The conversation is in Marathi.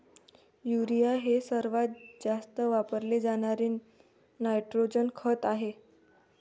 युरिया हे सर्वात जास्त वापरले जाणारे नायट्रोजन खत आहे